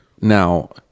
now